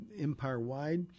empire-wide